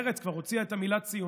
שבה נבחרתי לחבר כנסת,